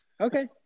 okay